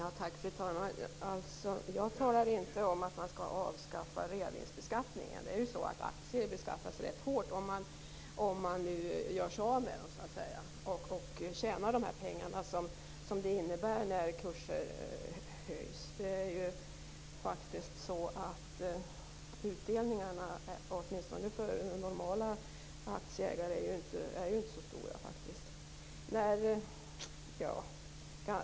Fru talman! Jag talar inte om att man skall avskaffa reavinstbeskattningen. Aktier beskattas ju rätt hårt, om man nu gör sig av med dem och tjänar de pengar som det innebär när kurser höjs. Utdelningarna, åtminstone för normala aktieägare, är ju inte så stora.